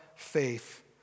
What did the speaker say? faith